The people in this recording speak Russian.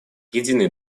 единый